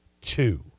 two